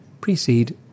precede